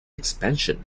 expansion